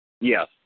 Yes